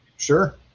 sure